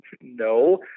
no